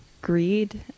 greed